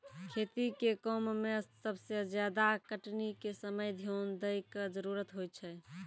खेती के काम में सबसे ज्यादा कटनी के समय ध्यान दैय कॅ जरूरत होय छै